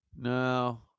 No